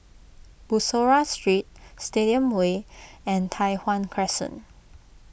Bussorah Street Stadium Way and Tai Hwan Crescent